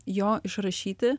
jo išrašyti